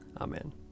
amen